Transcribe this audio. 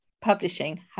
publishing